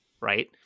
right